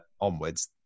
onwards